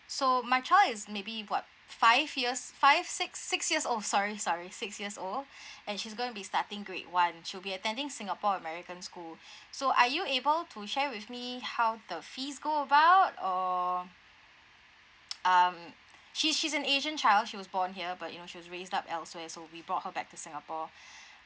so my child is maybe [what] five years five six six years old sorry sorry six years old and she's gonna be starting grade one she'll be attending singapore american school so are you able to share with me how the fees go about or um she she's an asian child she was born here but you know she was raised up elsewhere so we brought her back to singapore